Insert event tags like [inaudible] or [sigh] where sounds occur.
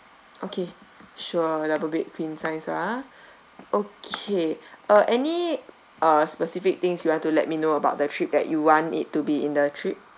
okay sure double bed queen size ah [breath] okay uh any uh specific things you want to let me know about the trip that you want it to be in the trip